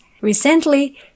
Recently